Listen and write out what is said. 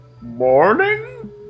morning